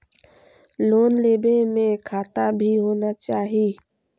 Loan लेबे में खाता भी होना चाहि?